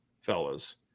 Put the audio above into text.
Fellas